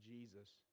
Jesus